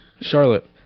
Charlotte